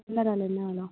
சின்ன இறால் என்ன வெலை